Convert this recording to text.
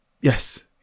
Yes